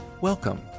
Welcome